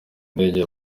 indege